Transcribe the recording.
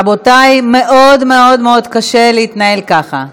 רבותי, מאוד מאוד מאוד קשה להתנהל ככה.